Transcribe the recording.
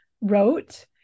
wrote